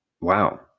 Wow